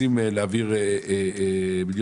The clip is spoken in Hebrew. עצם זה שהם לא מקבלים את זה,